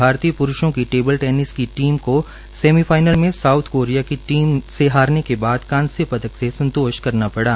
भारतीय प्रूषों की टेबल टेनिस की टीम को सेमीफाइनल में साउथ कोरिया की टीम से हारने के बाद कांस्य पदक से संतोष करना पड़ा